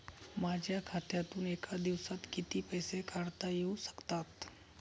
माझ्या खात्यातून एका दिवसात किती पैसे काढता येऊ शकतात?